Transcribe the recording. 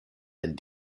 and